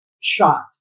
shot